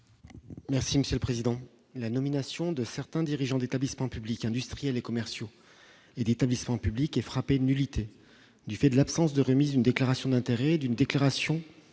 Merci Monsieur le Président, la nomination de certains dirigeants d'établissements publics industriels et commerciaux et d'établissement public est frappée de nullité, du fait de l'absence de remise d'une déclaration d'intérêts d'une déclaration